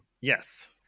Yes